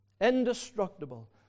Indestructible